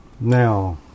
Now